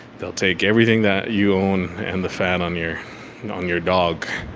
they'll take everything that you own, and the fat on your and on your dog.